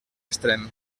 extrem